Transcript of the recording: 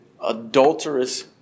adulterous